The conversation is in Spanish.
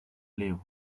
leo